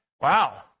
Wow